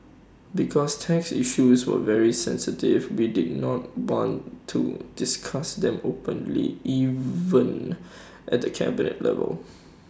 because tax issues were very sensitive we did not want to discuss them openly even at the cabinet level